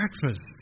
breakfast